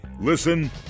Listen